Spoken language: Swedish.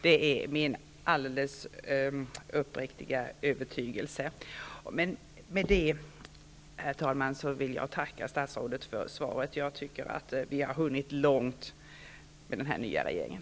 Det är min alldeles uppriktiga övertygelse. Med det, herr talman, vill jag tacka statsrådet för svaret. Jag tycker att vi har hunnit långt med den nya regeringen.